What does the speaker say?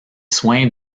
soin